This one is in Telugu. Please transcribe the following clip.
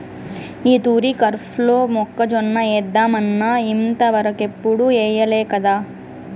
ఈ తూరి కరీఫ్లో మొక్కజొన్న ఏద్దామన్నా ఇంతవరకెప్పుడూ ఎయ్యలేకదా